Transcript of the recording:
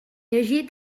llegir